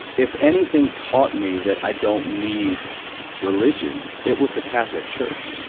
if anything taught me that i don't need religion, it was the catholic church.